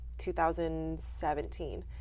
2017